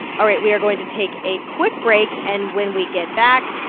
all right, we are going to take a quick break. and when we get back,